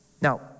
Now